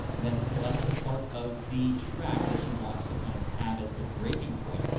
then select the part of the track that you want to kind of have as the breaking point.